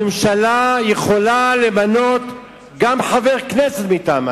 הממשלה יכולה למנות גם חבר כנסת מטעמה,